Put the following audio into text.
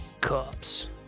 Cups